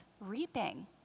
reaping